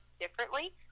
differently